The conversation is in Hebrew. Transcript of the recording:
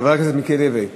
חבר הכנסת מיקי לוי,